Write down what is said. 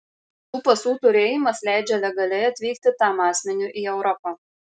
tų pasų turėjimas leidžia legaliai atvykti tam asmeniui į europą